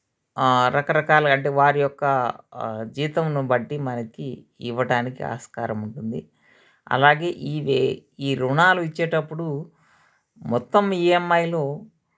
రకరకాలగా అంటే వారి యొక్క జీతంను బట్టి మనకి ఇవ్వటానికి ఆస్కారం ఉంటుంది అలాగే ఇవే ఈ రుణాలు ఇచ్చేటప్పుడు మొత్తం ఈఎంఐలు